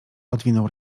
odwinął